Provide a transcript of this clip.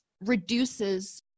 reduces